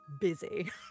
busy